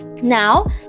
Now